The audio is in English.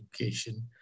education